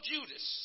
Judas